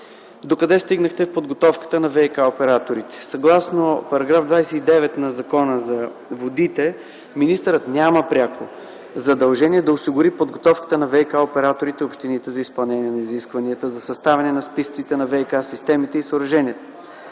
до къде стигнахте в подготовката на ВиК-операторите. Съгласно § 29 на Закона за водите министърът няма пряко задължение да осигури подготовката на ВиК-операторите и общините за изпълнение на изискванията за съставяне на списъците за ВиК системите и съоръженията.